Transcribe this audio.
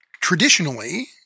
Traditionally